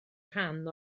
rhan